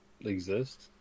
exist